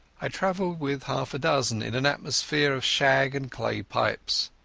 i travelled with half a dozen in an atmosphere of shag and clay pipes.